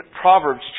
Proverbs